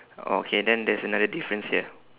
ah okay then there's another difference here